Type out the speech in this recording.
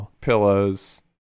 pillows